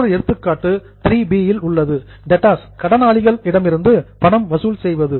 மற்றொரு எடுத்துக்காட்டு 3 பி இல் உள்ளது டெப்ட்டார்ஸ் கடனாளிகள் இடமிருந்து பணம் வசூல் செய்வது